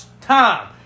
time